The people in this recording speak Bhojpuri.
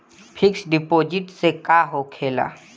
फिक्स डिपाँजिट से का होखे ला?